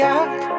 up